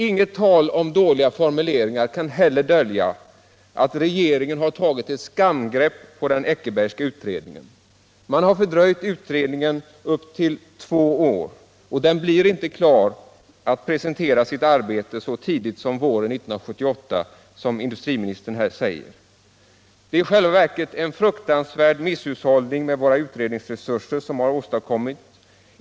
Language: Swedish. Inget tal om dåliga formuleringar kan heller dölja att regeringen har tagit ett skamgrepp på den Eckerbergska utredningen. Man har fördröjt utredningen upp till två år, och den blir därför inte klar att presentera sitt arbete så tidigt som till våren 1978, som industriministern här säger. Det är i själva verket en fruktansvärd misshushållning med våra utredningsresurser som har åstadkommits.